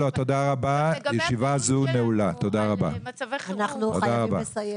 תודה רבה -- אנחנו חייבים לסיים.